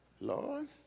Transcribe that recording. Lord